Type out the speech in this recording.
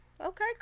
Okay